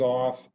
off